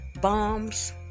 bombs